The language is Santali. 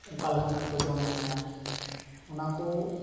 ᱚᱠᱟ ᱞᱮᱠᱟᱱᱟᱜ ᱠᱚ ᱡᱚᱢ ᱧᱩᱭᱟ ᱚᱱᱟ ᱠᱚ